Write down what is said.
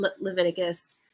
Leviticus